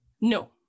No